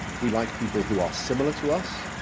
we like people who are similar to us,